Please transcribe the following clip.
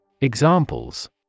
Examples